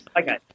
okay